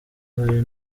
hari